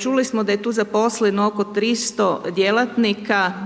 Čuli smo da je tu zaposleno oko 300 djelatnika,